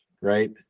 right